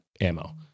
ammo